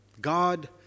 God